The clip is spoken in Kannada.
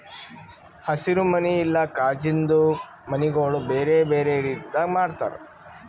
ಹಸಿರು ಮನಿ ಇಲ್ಲಾ ಕಾಜಿಂದು ಮನಿಗೊಳ್ ಬೇರೆ ಬೇರೆ ರೀತಿದಾಗ್ ಮಾಡ್ತಾರ